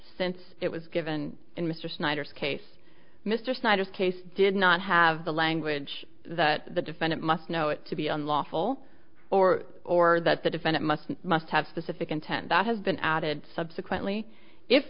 since it was given in mr snyder's case mr snyder's case did not have the language that the defendant must know it to be unlawful or or that the defendant must must have specific intent that has been added subsequently if